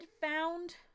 found